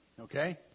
Okay